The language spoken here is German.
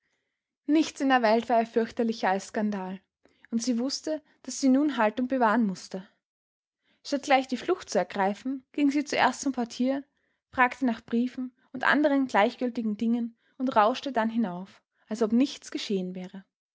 nichts in der welt war ihr fürchterlicher als skandal und sie wußte daß sie nun haltung bewahren mußte statt gleich die flucht zu ergreifen ging sie zuerst zum portier fragte nach briefen und anderen gleichgültigen dingen und rauschte dann hinauf als ob nichts geschehen wäre